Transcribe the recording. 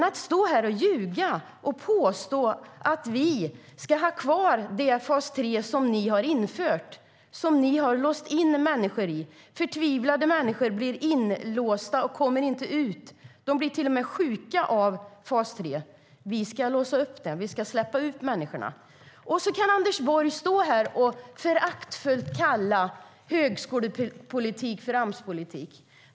Han står här och ljuger och påstår att vi ska ha kvar det fas 3 som ni har infört och som ni har låst in människor i. Förtvivlade människor blir inlåsta och kommer inte ut. De blir till och med sjuka av fas 3. Vi ska låsa upp dörren till fas 3 och släppa ut människorna. Sedan kan Anders Borg stå här och föraktfullt kalla högskolepolitik för Amspolitik.